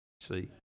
see